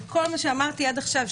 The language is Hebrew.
וכל מה שאמרתי עד עכשיו,